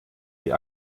die